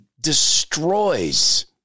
destroys